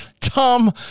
Tom